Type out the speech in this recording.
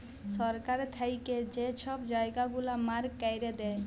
সরকার থ্যাইকে যা ছব জায়গা গুলা মার্ক ক্যইরে দেয়